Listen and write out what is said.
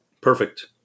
Perfect